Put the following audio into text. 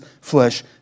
flesh